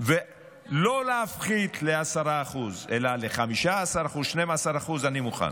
ולא להפחית ל-10% אלא ל-15%, 12%, אני מוכן.